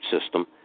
system